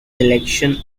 election